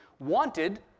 wanted